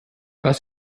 was